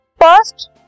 First